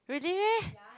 really meh